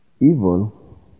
Evil